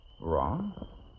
Wrong